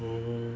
mm